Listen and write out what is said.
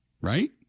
Right